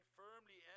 firmly